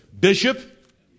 Bishop